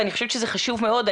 אני חושבת שזה חשוב מאוד.